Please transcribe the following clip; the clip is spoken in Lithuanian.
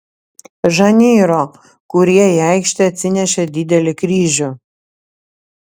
žaneiro kurie į aikštę atsinešė didelį kryžių